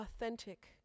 authentic